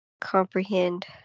comprehend